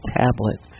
tablet